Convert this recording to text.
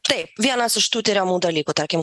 taip vienas iš tų tiriamų dalykų tarkim